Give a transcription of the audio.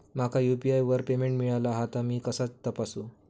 माका यू.पी.आय वर पेमेंट मिळाला हा ता मी कसा तपासू?